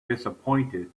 disappointed